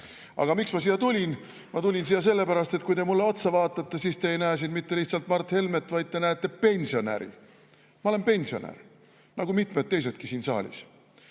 miks ma siia tulin? Ma tulin siia sellepärast, et kui te mulle otsa vaatate, siis te ei näe siin mitte lihtsalt Mart Helmet, vaid te näete pensionäri. Ma olen pensionär, nagu mitmed teisedki siin saalis.